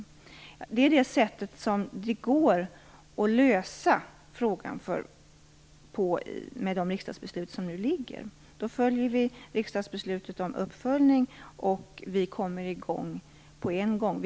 Det är det sätt som det går att lösa frågan på med de riksdagsbeslut som nu föreligger. Då följer vi riksdagsbeslutet om uppföljning och kommer i gång med en gång.